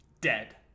Dead